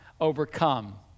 overcome